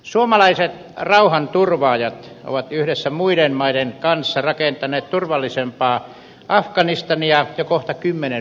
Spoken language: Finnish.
suomalaiset rauhanturvaajat ovat yhdessä muiden maiden kanssa rakentaneet turvallisempaa afganistania jo kohta kymmenen vuoden ajan